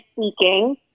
speaking